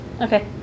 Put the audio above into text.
Okay